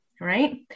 right